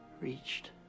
reached